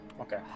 Okay